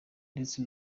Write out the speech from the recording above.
ndetse